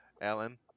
Alan